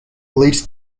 leads